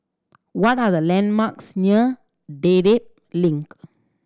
what are the landmarks near Dedap Link